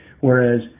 Whereas